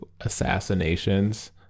assassinations